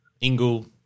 Ingle